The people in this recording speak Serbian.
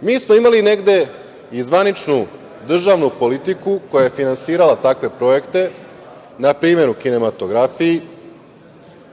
Mi smo imali negde i zvaničnu državnu politiku koja je finansirala takve projekte na primer u kinematografiji,